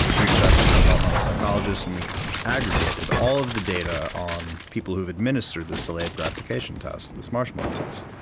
reached out to the developmental psychologists and we aggregated all of the data on people who administered this delay of gratification test, this marshmallow test.